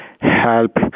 help